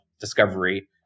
discovery